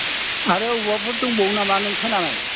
आरो अबावबाफोर दंबावो नामा नों खोनानाय